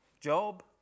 job